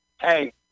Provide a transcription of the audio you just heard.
hey